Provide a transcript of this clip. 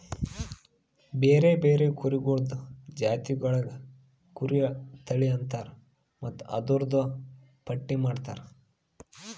ಬ್ಯಾರೆ ಬ್ಯಾರೆ ಕುರಿಗೊಳ್ದು ಜಾತಿಗೊಳಿಗ್ ಕುರಿ ತಳಿ ಅಂತರ್ ಮತ್ತ್ ಅದೂರ್ದು ಪಟ್ಟಿ ಮಾಡ್ತಾರ